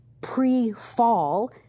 pre-fall